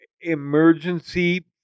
emergency